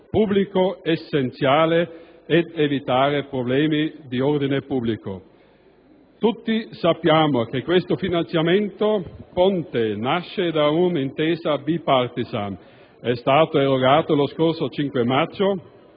pubblico essenziale ed evitare problemi di ordine pubblico. Tutti sappiamo che il finanziamento ponte nasce da un'intesa *bipartisan*; è stato erogato lo scorso 5 maggio